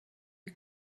die